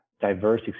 diverse